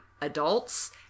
adults